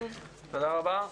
תודה רבה.